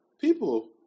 people